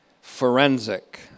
forensic